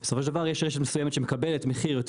בסופו של דבר יש רשת מסוימת שמקבלת מחיר יותר